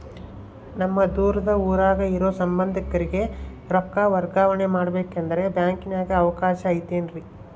ನಮ್ಮ ದೂರದ ಊರಾಗ ಇರೋ ಸಂಬಂಧಿಕರಿಗೆ ರೊಕ್ಕ ವರ್ಗಾವಣೆ ಮಾಡಬೇಕೆಂದರೆ ಬ್ಯಾಂಕಿನಾಗೆ ಅವಕಾಶ ಐತೇನ್ರಿ?